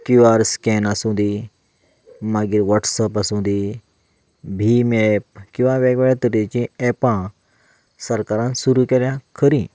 Q R scan आसूं दी मागीर वॉट्सएप आसूं दी भीम एप किंवा वेगवेगळ्या तरेचीं एपां सरकारान सुरू केल्या खरीं